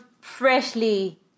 freshly